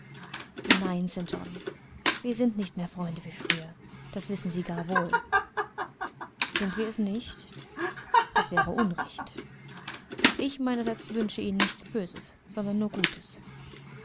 nein st john wir sind nicht mehr freunde wie früher sie wissen das gar wohl sind wir es nicht das wäre unrecht ich meinerseits wünsche ihnen nichts böses sondern nur gutes